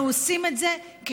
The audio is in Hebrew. אנחנו עושים את זה כשיטה,